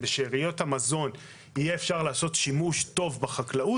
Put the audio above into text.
בשאריות המזון אפשר יהיה לעשות שימוש טוב בחקלאות,